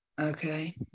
Okay